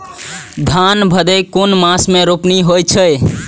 धान भदेय कुन मास में रोपनी होय छै?